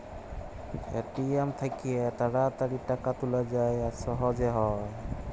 ATM থ্যাইকে তাড়াতাড়ি টাকা তুলা যায় আর সহজে হ্যয়